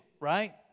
right